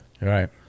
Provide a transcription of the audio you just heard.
right